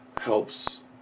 helps